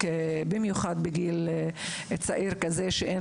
אפילו לילד רגיל בגיל צעיר שכזה אין